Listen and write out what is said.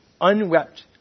Unwept